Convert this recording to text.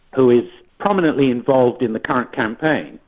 who is prominently involved in the current campaign,